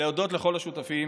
להודות לכל השותפים,